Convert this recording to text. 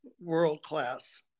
world-class